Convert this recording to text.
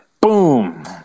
boom